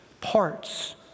parts